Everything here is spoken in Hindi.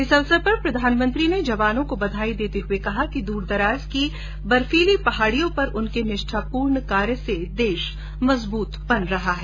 इस अवसर पर प्रधानमंत्री ने जवानों को बधाई देते हुए कहा कि दूरदराज की बर्फीली पहाड़ियों पर उनके निष्ठापूर्ण कार्य से देश मजबूत बन रहा है